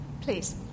Please